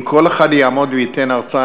אם כל אחד יעמוד וייתן הרצאה,